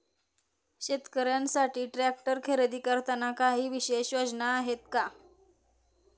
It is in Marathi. शेतकऱ्यांसाठी ट्रॅक्टर खरेदी करताना काही विशेष योजना आहेत का?